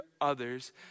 others